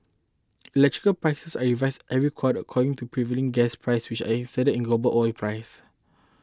electrical prices are revise every quarter according to prevailing gas price which are indexed in global oil price